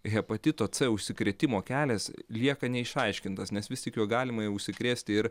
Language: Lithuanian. hepatito c užsikrėtimo kelias lieka neišaiškintas nes vis tik juo galima užsikrėsti ir